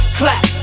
clap